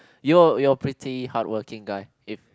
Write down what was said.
you you're pretty hardworking guy